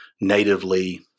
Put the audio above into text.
natively